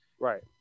Right